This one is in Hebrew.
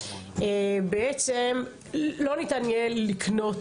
בעצם לא ניתן יהיה לקנות